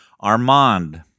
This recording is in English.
Armand